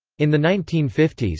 in the nineteen fifty s,